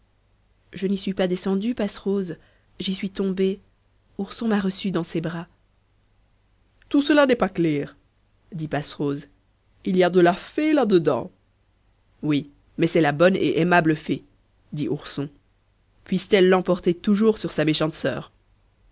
je n'y suis pas descendue passerose j'y suis tombée ourson m'a reçue dans ses bras tout cela n'est pas clair dit passerose il y a de la fée là dedans oui mais c'est la bonne et aimable fée dit ourson puisse-t-elle l'emporter toujours sur sa méchante soeur